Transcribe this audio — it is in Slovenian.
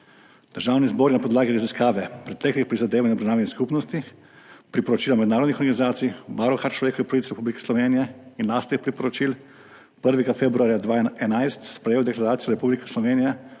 Državni zbor je na podlagi raziskave preteklih prizadevanj narodnih skupnosti, priporočila mednarodnih organizacij, Varuha človekovih pravic Republike Slovenije in lastnih priporočil 1. februarja 2011 sprejel Deklaracijo Republike Slovenije